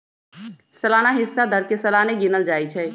सलाना हिस्सा दर के सलाने गिनल जाइ छइ